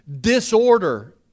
disorder